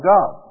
God